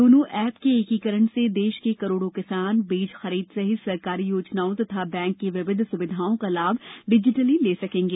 दोनों ऐप के एकीकरण से देश के करोड़ों किसान बीज खरीद सहित सरकारी योजनाओं तथा बैंक की विविध सुविधाओं का लाभ डिजीटली ले सकेंगे